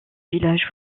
village